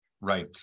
Right